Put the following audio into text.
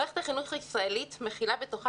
מערכת החינוך הישראלית מכילה בתוכה